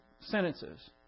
sentences